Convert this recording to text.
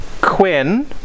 Quinn